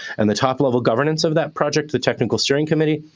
and the top-level governance of that project, the technical steering committee,